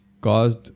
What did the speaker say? caused